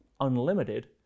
unlimited